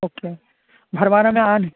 okay भड़वाना में आज